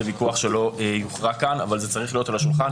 זה ויכוח שלא יוכרע כאן אבל זה צריך להיות על השולחן.